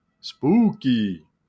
Spooky